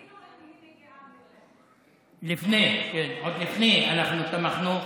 אפילו אם היא, כן, לפני, עוד לפני כן אנחנו תמכנו,